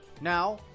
Now